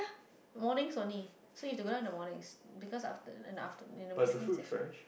mornings only so you have to go in the morning because after then after in the evening session